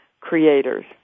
creators